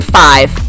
five